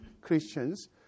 Christians